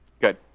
Good